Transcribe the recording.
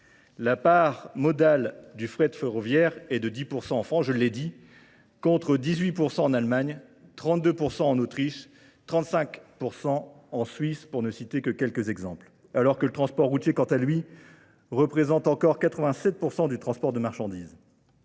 La part modale du frais de Ferroviaire est de 10% en France, je l'ai dit, contre 18% en Allemagne, 32% en Autriche, 35% en Suisse, pour ne citer que quelques exemples. Alors que le transport routier, quant à lui, représente encore 87% du transport de marchandises.